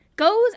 goes